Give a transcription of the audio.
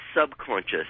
subconscious